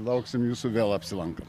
lauksim jūsų vėl apsilankant